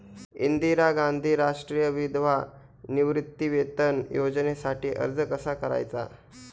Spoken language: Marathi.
इंदिरा गांधी राष्ट्रीय विधवा निवृत्तीवेतन योजनेसाठी अर्ज कसा करायचा?